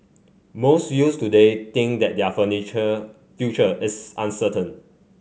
most youths today think that their furniture future is uncertain